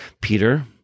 Peter